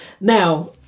Now